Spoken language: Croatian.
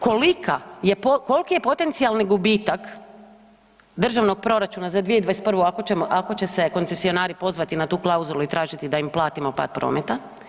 Kolika je, koliki je potencijalni gubitak državnog proračuna za 2021. ako će se koncesionari pozvati na tu klauzulu i tražiti da im platimo pad prometa?